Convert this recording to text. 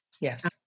Yes